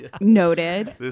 Noted